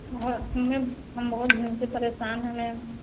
बहुत हम भी हम बहुत दिन से परेशान हैं मैम